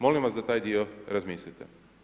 Molim vas da taj dio razmislite.